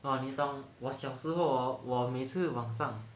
!wah! 你懂我小时候 hor 我每次网上